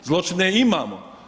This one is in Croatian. Zločine imamo.